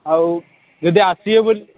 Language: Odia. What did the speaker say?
ଆଉ ଯଦି ଆସିବେ ବୋଲି